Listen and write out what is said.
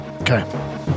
Okay